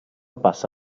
passa